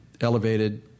elevated